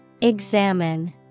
Examine